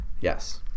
Yes